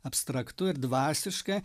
abstraktu ir dvasiška